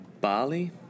Bali